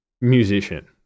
musician